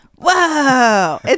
Whoa